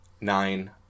Nine